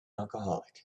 alcoholic